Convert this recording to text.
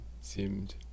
seemed